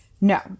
No